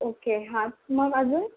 okay हां मग अजून